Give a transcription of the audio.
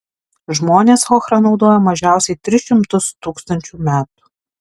žmonės ochrą naudoja mažiausiai tris šimtus tūkstančių metų